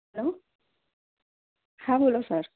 હાલો હા બોલો સર